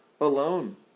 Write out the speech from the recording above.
alone